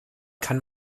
kann